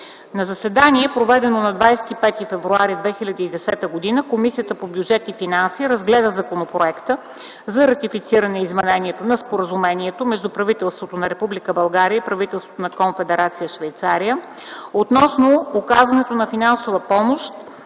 На заседание, проведено на 25 февруари 2010 г., Комисията по бюджет и финанси разгледа Законопроекта за ратифициране изменението на Споразумението между правителството на Република България и правителството на Конфедерация Швейцария относно оказването на финансова помощ,